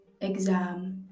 exam